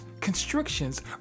Constrictions